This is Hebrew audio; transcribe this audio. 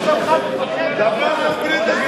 אנחנו במלחמה.